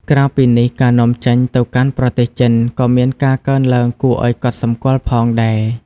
ក្រៅពីនេះ ការនាំចេញទៅកាន់ប្រទេសចិនក៏មានការកើនឡើងគួរឲ្យកត់សម្គាល់ផងដែរ។